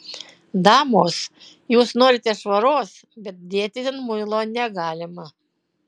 damos jūs norite švaros bet dėti ten muilo negalima